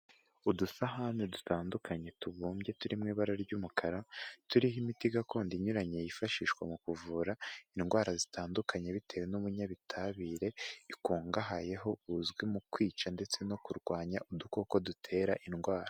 Udusahane dutandukanye tubumbye turi mu ibara ry'umukara, turiho imiti gakondo inyuranye yifashishwa mu kuvura indwara zitandukanye, bitewe n'ubunyabitabire bikungahayeho buzwi mu kwica ndetse no kurwanya udukoko dutera indwara.